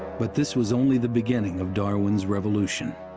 but this was only the beginning of darwin's revolution.